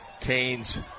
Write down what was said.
Canes